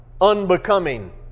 unbecoming